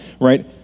right